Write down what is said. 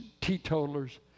teetotalers